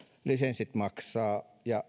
lisenssit maksavat ja